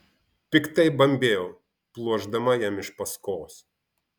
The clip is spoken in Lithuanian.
piktai bambėjau pluošdama jam iš paskos